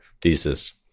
thesis